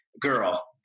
girl